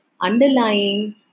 underlying